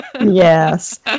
Yes